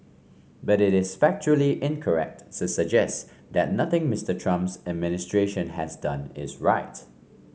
but it is factually incorrect suggest that nothing Mister Trump's administration has done is right